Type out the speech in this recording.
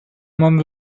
month